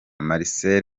marcel